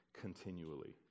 continually